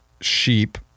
sheep